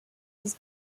his